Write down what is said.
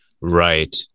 Right